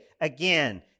again